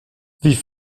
wie